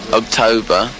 october